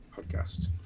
podcast